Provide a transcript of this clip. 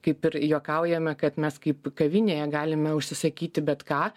kaip ir juokaujame kad mes kaip kavinėje galime užsisakyti bet ką